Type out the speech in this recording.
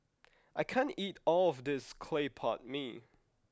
I can't eat all of this Claypot Mee